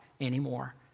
anymore